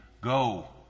go